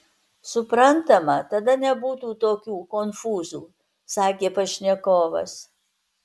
suprantama tada nebūtų tokių konfūzų sakė pašnekovas